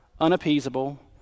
unappeasable